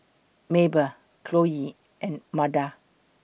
Mabel Chloie and Meda